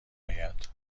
آید